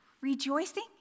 rejoicing